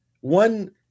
one